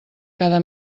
cada